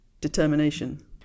determination